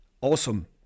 Awesome